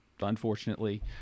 unfortunately